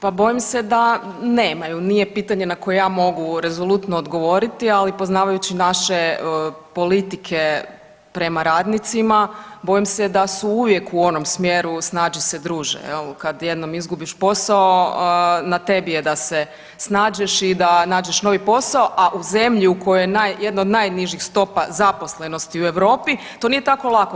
Pa bojim se da nemaju, nije pitanje na koje ja mogu rezolutno odgovoriti, ali poznavajući naše politike prema radnicima, bojim se da su uvijek u onom smjeru, snađi se druže, je li, kad jednom izgubiš posao, na tebi je da se snađeš i da nađeš novi posao, a u zemlji u kojoj je jedna od najnižih stopa zaposlenosti u Europi, to nije tako lako.